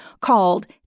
called